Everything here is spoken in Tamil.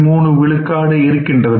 3 விழுக்காடு இருக்கின்றது